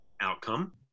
outcome